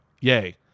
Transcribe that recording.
yay